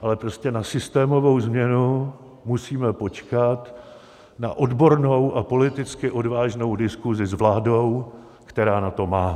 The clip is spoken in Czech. Ale prostě na systémovou změnu musíme počkat na odbornou a politicky odvážnou diskusi s vládou, která na to má.